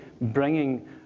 bringing